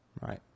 Right